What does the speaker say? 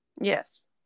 Yes